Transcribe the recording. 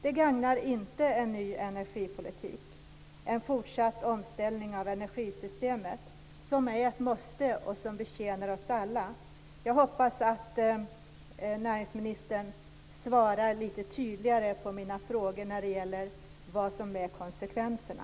Det gagnar inte en ny energipolitik, en fortsatt omställning av energisystemet som är ett måste och som betjänar oss alla. Jag hoppas att näringsministern svarar lite tydligare på mina frågor om vad som är konsekvenserna.